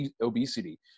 obesity